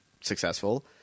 successful